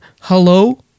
hello